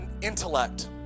intellect